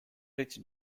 rich